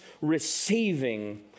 receiving